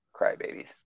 crybabies